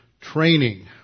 training